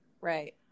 right